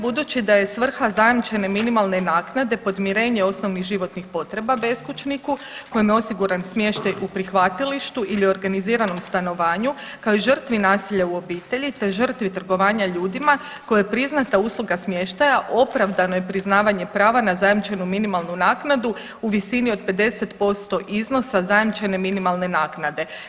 Budući da je svrha zajamčene minimalne naknade podmirenje osnovnih životnih potreba beskućniku kojemu je osiguran smještaj u prihvatilištu ili organiziranom stanovanju, kao i žrtvi nasilja u obitelji, te žrtvi trgovanja ljudima kojoj je priznata usluga smještaja opravdano je priznavanje prava na zajamčenu minimalnu naknadu u visini od 50% iznosa zajamčene minimalne naknade.